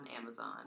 Amazon